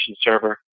Server